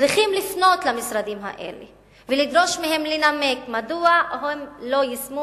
צריך לפנות למשרדים האלה ולדרוש מהם לנמק מדוע הם לא יישמו